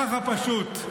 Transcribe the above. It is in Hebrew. ככה פשוט.